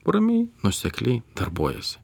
ramiai nuosekliai darbuojiesi